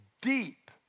deep